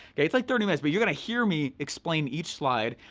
okay? it's like thirty minutes but you're gonna hear me explain each slide,